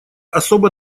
особо